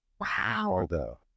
Wow